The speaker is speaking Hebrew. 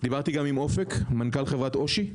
דיברנו גם עם אופק, מנכ"ל חברת Oshi ,